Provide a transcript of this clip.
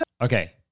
Okay